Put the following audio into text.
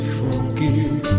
forgive